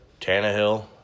Tannehill